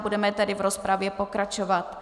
Budeme tedy v rozpravě pokračovat.